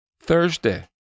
Thursday